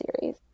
series